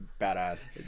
badass